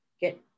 get